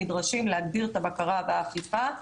נדרשים להגביר את הבקרה והאכיפה.